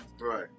right